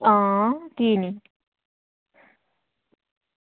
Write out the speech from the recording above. हां कीऽ निं